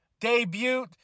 debut